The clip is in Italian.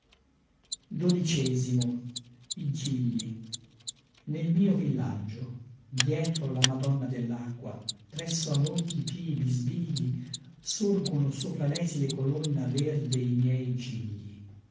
di lino nel mio villaggio dietro la madonna dellacqua presso a molti pii bisbigli sorgono sopra lesile colonna verde i miei gigli